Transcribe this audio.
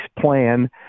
plan